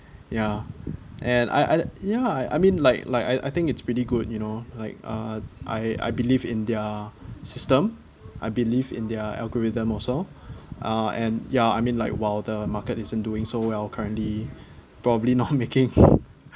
ya and I I ya I mean like like I I think it's pretty good you know like uh I I believe in their system I believe in their algorithm also uh and ya I mean like while the market isn't doing so well currently probably not making